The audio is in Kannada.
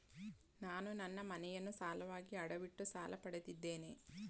ನಾನು ನನ್ನ ಮನೆಯನ್ನು ಸಾಲವಾಗಿ ಅಡವಿಟ್ಟು ಸಾಲ ಪಡೆದಿದ್ದೇನೆ